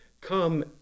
Come